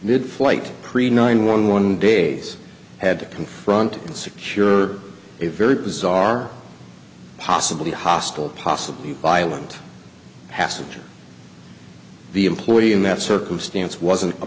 mid flight pre nine one one days had to confront and secure a very bizarre possibly hostile possibly violent hassinger the employee in that circumstance wasn't a